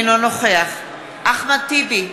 אינו נוכח אחמד טיבי,